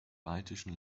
baltischen